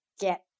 get